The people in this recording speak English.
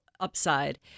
upside